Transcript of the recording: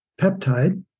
peptide